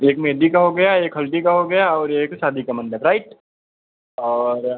एक मेहँदी का हो गया एक हल्दी का हो गया और एक सादी का मण्डप राइट और